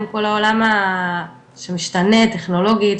עם כל העולם שמשתנה טכנולוגית,